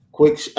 quick